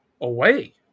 away